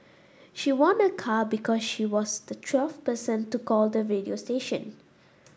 she won a car because she was the twelfth person to call the radio station